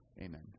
Amen